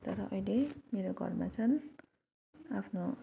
तर अहिले मेरो घरमा चाहिँ आफ्नो